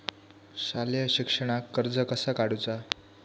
शालेय शिक्षणाक कर्ज कसा काढूचा?